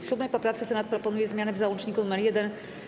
W 7. poprawce Senat proponuje zmiany w załączniku nr 1.